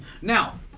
Now